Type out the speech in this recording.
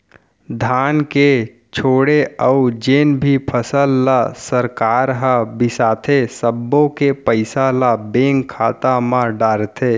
धान के छोड़े अउ जेन भी फसल ल सरकार ह बिसाथे सब्बो के पइसा ल बेंक खाता म डारथे